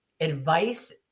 advice